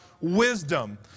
wisdom